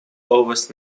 always